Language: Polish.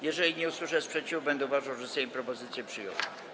Jeżeli nie usłyszę sprzeciwu, będę uważał, że Sejm propozycję przyjął.